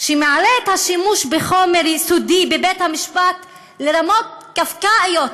שמעלה את השימוש בחומר סודי בבית-המשפט לרמות קפקאיות.